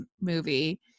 movie